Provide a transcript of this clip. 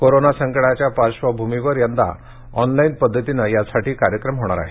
corona संकटाच्या पार्श्वभूमीवर यंदा ऑनलाईन पद्धतीनं कार्यक्रम होणार आहेत